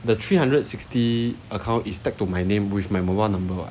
the three hundred and sixty account is tagged to my name with my mobile number what